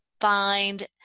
find